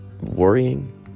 Worrying